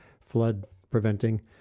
flood-preventing